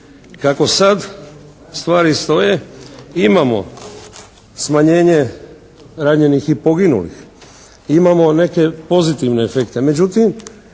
kako sad stvari stoje imamo smanjenje ranjenih i poginulih. Imamo neke pozitivne efekte.